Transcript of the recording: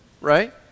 Right